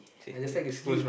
I just like to sleep